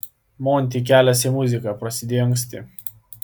monty kelias į muziką prasidėjo anksti